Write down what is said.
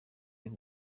y’u